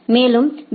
மேலும் பி